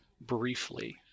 briefly